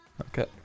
Okay